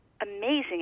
amazing